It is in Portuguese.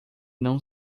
não